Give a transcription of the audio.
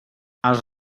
els